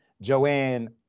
Joanne